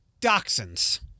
Dachshunds